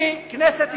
אני כנסת ישראל.